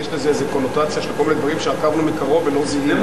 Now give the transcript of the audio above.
יש לזה איזה קונוטציה של כל מיני דברים שעקבנו אחריהם מקרוב ולא זיהינו.